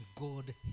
God